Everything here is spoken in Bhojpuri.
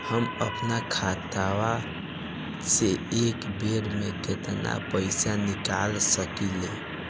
हम आपन खतवा से एक बेर मे केतना पईसा निकाल सकिला?